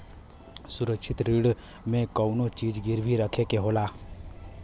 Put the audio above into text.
सुरक्षित ऋण में कउनो चीज गिरवी रखे के होला